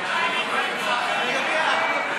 לא נתקבלה.